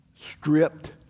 stripped